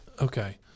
okay